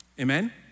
amen